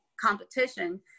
competition